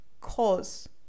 cause